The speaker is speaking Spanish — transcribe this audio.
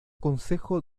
consejo